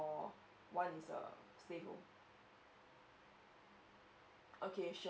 one is a stay home okay sure